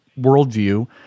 worldview